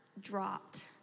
dropped